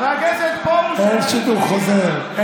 אין שידור חוזר.